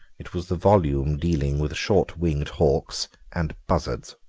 it was the volume dealing with short-winged hawks and buzzards.